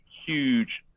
huge